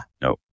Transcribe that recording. No